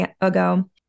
ago